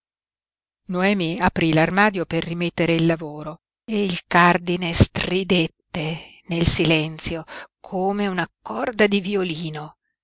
aprí l'armadio per rimettere il lavoro e il cardine stridette nel silenzio come una corda di violino